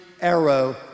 arrow